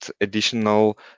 additional